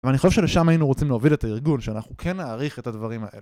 אבל אני חושב שלשם היינו רוצים להוביל את הארגון שאנחנו כן נעריך את הדברים האלה